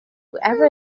whoever